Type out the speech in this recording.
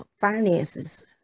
finances